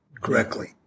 correctly